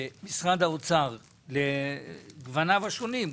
שמשרד האוצר לגווניו השונים,